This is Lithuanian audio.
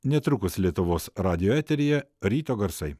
netrukus lietuvos radijo eteryje ryto garsai